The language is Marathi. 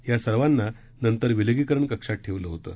या सर्वांना नंतर विलगीकरण कक्षात ठेवलं होतं